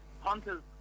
Hunters